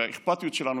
את האכפתיות שלנו,